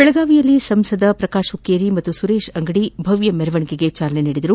ಬೆಳಗಾವಿಯಲ್ಲಿ ಸಂಸದ ಪ್ರಕಾಶ್ ಹುಕ್ಕೇರಿ ಹಾಗೂ ಸುರೇಶ್ ಅಂಗಡಿ ಭವ್ಯ ಮೆರವಣಿಗೆಗೆ ಚಾಲನೆ ನೀಡಿದರು